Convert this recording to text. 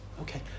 Okay